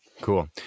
Cool